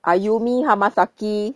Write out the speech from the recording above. ayumi hamasaki